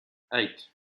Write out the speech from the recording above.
eight